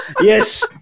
yes